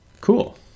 Cool